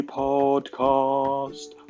podcast